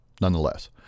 nonetheless